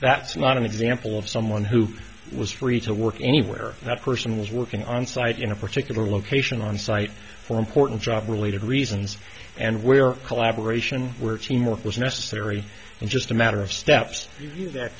that's not an example of someone who was free to work anywhere that person was working on site in a particular location on site for important job related reasons and where collaboration where teamwork was necessary and just a matter of steps that